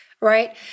right